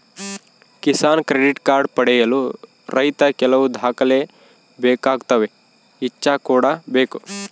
Kisan credit card ಪಡೆಯಲು ರೈತ ಕೆಲವು ದಾಖಲೆ ಬೇಕಾಗುತ್ತವೆ ಇಚ್ಚಾ ಕೂಡ ಬೇಕು